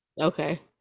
Okay